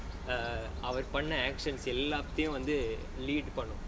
err அவர் பண்ண:avar panna actions எல்லாதையும் வந்து:ellaathaiyum vanthu lead பண்ணும்:pannum